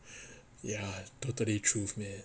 ya totally truth man